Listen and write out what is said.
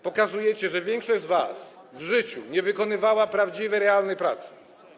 Pokazujecie, że większość z was w życiu nie wykonywała prawdziwej, realnej pracy.